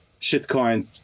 shitcoin